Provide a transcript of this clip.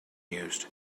used